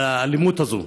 והאלימות הזו.